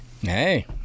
Hey